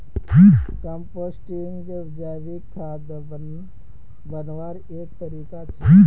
composting जैविक खाद बन्वार एक तरीका छे